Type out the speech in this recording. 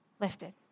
lifted